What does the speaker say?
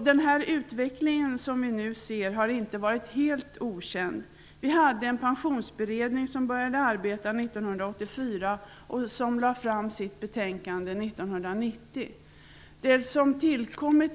Den utveckling som vi nu ser har alltså inte varit helt okänd. En pensionsberedning började arbeta 1984. Den lade fram sitt betänkande 1990.